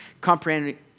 comprehending